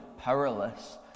powerless